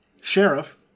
sheriff